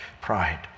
pride